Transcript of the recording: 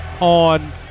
on